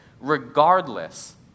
regardless